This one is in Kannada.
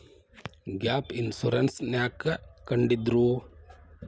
ಗ್ಯಾಪ್ ಇನ್ಸುರೆನ್ಸ್ ನ್ಯಾಕ್ ಕಂಢಿಡ್ದ್ರು?